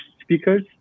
speakers